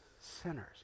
sinners